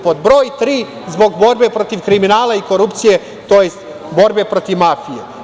Pod broj tri, zbog borbe protiv kriminala i korupcije, tj. borbe protiv mafije.